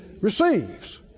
receives